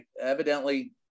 evidently